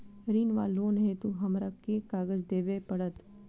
ऋण वा लोन हेतु हमरा केँ कागज देबै पड़त?